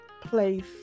place